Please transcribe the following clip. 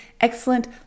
excellent